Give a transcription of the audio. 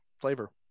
flavor